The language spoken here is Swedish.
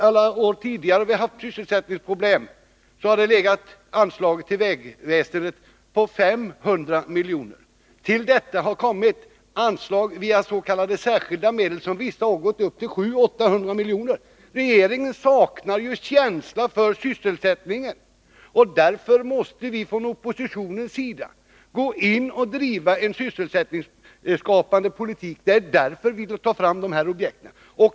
Alla tidigare år då vi haft sysselsättningsproblem har anslaget till vägväsendet legat på 500 miljoner. Till detta har kommit anslag via s.k. särskilda medel, som vissa år gått upp till 700-800 miljoner. Regeringen saknar känsla för sysselsättningen. Därför måste vi från oppositionens sida gå in och driva en sysselsättningsskapande politik. Det är därför vi tar fram de här objekten.